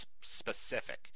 specific